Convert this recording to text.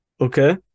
okay